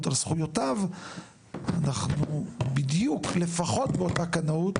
על זכויותיו אנחנו בדיוק לפחות באותה קנאות